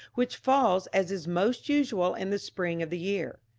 which falls, as is most usual, in the spring of the year.